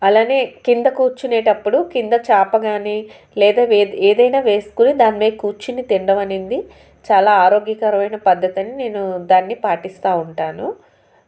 అలానే కింద కూర్చునేటప్పుడు కింద చాప కాని లేదా ఏ ఏదైనా వేసుకుని దాని మీద కూర్చుని తిండం అనేది చాలా ఆరోగ్యకరమైన పద్ధతని నేను దాన్ని పాటిస్తూ ఉంటాను